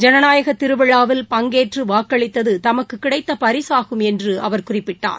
ஜனநாயகத் திருவிழாவில் பங்கேற்று வாக்களித்தது தமக்கு கினடத்த பரிசாகும் என்று அவர் குறிப்பிட்டார்